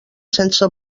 sense